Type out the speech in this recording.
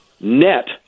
Net